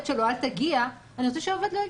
שלו: אל תגיע אני רוצה שהעובד לא יגיע.